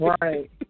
right